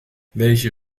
welche